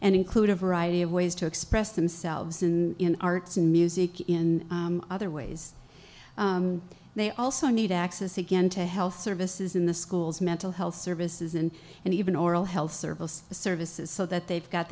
and include a variety of ways to express themselves in arts and music in other ways they also need access again to health services in the schools mental health services and and even oral health service services so that they've got